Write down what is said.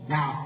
Now